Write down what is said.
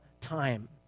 time